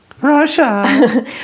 Russia